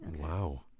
Wow